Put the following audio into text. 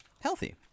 healthy